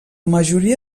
majoria